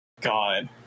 God